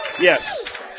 Yes